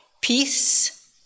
peace